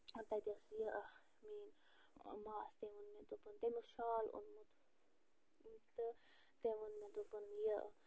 تَتہِ ٲس یہِ میٛٲنۍ ماس تٔمۍ ووٚن مےٚ دوٚپُن تٔمۍ اوس شال اوٚنمُت تہٕ تٔمۍ ووٚن مےٚ دوٚپُن یہِ